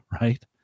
right